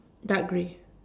dark grey